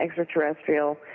extraterrestrial